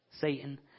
Satan